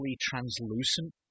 translucent